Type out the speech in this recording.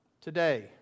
today